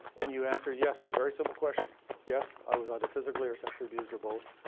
and you answer yes to a very simple question yes, i was either physically or sexually abused or both,